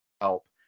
help